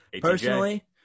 Personally